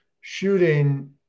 shooting